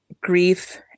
grief